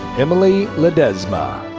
emily ledezma.